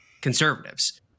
conservatives